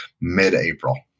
mid-April